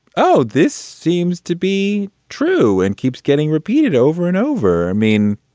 oh, this seems to be true and keeps getting repeated over and over. i mean,